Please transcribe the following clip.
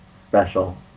special